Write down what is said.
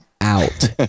out